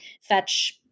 fetch